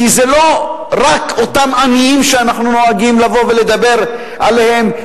כי זה לא רק אותם עניים שאנחנו נוהגים לבוא ולדבר עליהם,